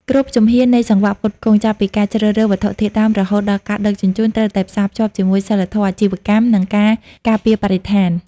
គ្រប់ជំហាននៃសង្វាក់ផ្គត់ផ្គង់ ចាប់ពីការជ្រើសរើសវត្ថុធាតុដើមរហូតដល់ការដឹកជញ្ជូន ត្រូវតែផ្សារភ្ជាប់ជាមួយសីលធម៌អាជីវកម្ម និងការការពារបរិស្ថាន។